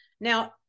Now